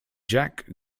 jack